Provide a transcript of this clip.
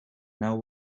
now